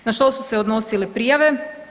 Na što su se odnosile prijave?